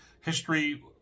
history